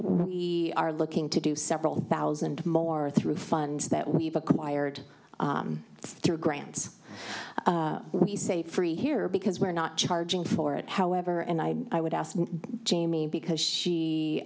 we are looking to do several thousand more through funds that we've acquired through grants we say free here because we're not jargon for it however and i i would ask jamie because she